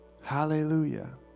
Hallelujah